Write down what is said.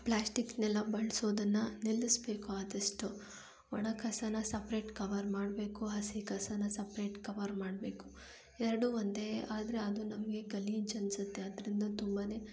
ಪ್ಲ್ಯಾಸ್ಟಿಕ್ನೆಲ್ಲ ಬಳಸೋದನ್ನ ನಿಲ್ಲಿಸಬೇಕು ಆದಷ್ಟು ಒಣಕಸನ ಸಪ್ರೇಟ್ ಕವರ್ ಮಾಡಬೇಕು ಹಸಿಕಸನ ಸಪ್ರೇಟ್ ಕವರ್ ಮಾಡಬೇಕು ಎರಡೂ ಒಂದೇ ಆದರೆ ಅದು ನಮಗೆ ಗಲೀಜು ಅನಿಸುತ್ತೆ ಅದರಿಂದ ತುಂಬಾ